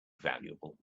valuable